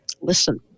Listen